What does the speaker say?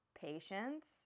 patience